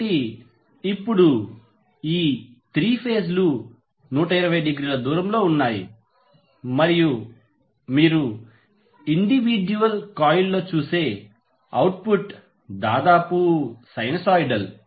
కాబట్టి ఇప్పుడు ఈ 3 ఫేజ్ లు 120 డిగ్రీల దూరంలో ఉన్నాయి మరియు మీరు ఇండివిడ్యుయల్ కాయిల్లో చూసే అవుట్పుట్ దాదాపు సైనూసోయిడల్